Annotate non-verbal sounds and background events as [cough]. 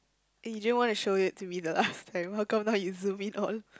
eh you didn't want to show it to me the [breath] last time how come now you zoom in all